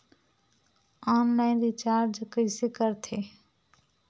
Online recharge कइसे करथे?